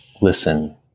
listen